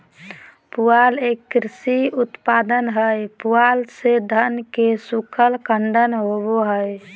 पुआल एक कृषि उपोत्पाद हय पुआल मे धान के सूखल डंठल होवो हय